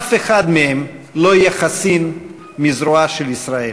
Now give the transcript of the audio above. אף אחד מהם לא יהיה חסין מזרועה של ישראל.